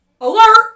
alert